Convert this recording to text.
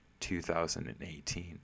2018